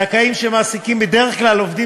זכאים שמעסיקים בדרך כלל עובדים,